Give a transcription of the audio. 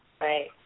Right